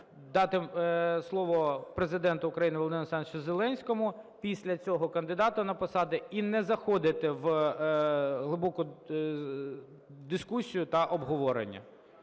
дати слово Президенту України Володимиру Олександровичу Зеленському, після цього – кандидату на посаду, і не заходити в глибоку дискусію та обговорення.